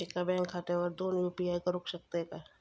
एका बँक खात्यावर दोन यू.पी.आय करुक शकतय काय?